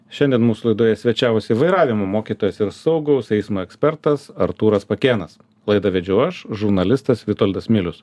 šiandien mūsų laidoje svečiavosi vairavimo mokytojas ir saugaus eismo ekspertas artūras pakėnas laidą vedžiau aš žurnalistas vitoldas milius